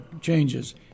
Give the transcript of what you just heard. changes